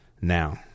now